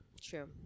True